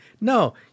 No